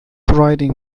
riding